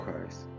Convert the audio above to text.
Christ